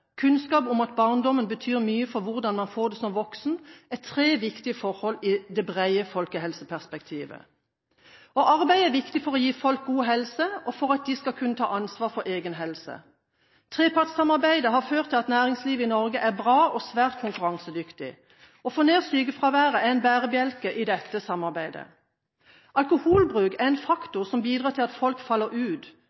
kunnskap om at barndommen betyr mye for hvordan man får det som voksen er tre viktige forhold i det brede folkehelseperspektivet. Arbeid er viktig for å gi folk god helse og for at de skal kunne ta ansvar for egen helse. Trepartssamarbeidet har ført til at næringslivet i Norge er bra og svært konkurransedyktig. Å få ned sykefraværet er en bærebjelke i dette samarbeidet. Alkoholbruk er en